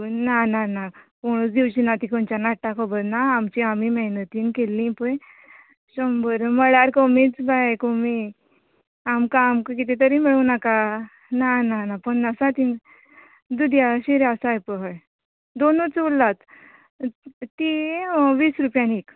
ना ना ना कोणूच दिवचीना ती खंच्यान हाडटा खबर ना आमची आमी ती मेहनतीन केल्ली पळय शंबर म्हटल्यार कमिच बाये कमी आमकां आमकां किदें तरी मेळू नाका ना ना ना पन्नासा तीन दुदया शिरो आसा ही पळय दोनूच उरलात ती वीस रुपयान एक